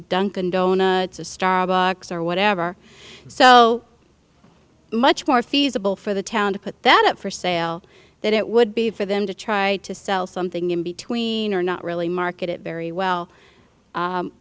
dunkin donuts a starbucks or whatever so much more feasible for the town to put that up for sale that it would be for them to try to sell something in between or not really market it very well